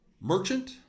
merchant